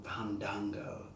Pandango